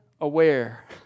aware